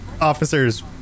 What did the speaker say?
officers